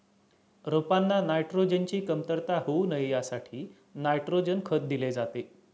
रोपांना नायट्रोजनची कमतरता होऊ नये यासाठी नायट्रोजन खत दिले जाते